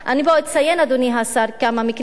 אני פה אציין, אדוני השר, כמה מקרים.